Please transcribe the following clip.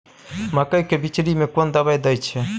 मकई के बिचरी में कोन दवाई दे छै?